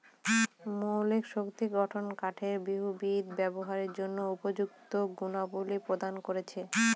মৌলিক শক্ত গঠন কাঠকে বহুবিধ ব্যবহারের জন্য উপযুক্ত গুণাবলী প্রদান করেছে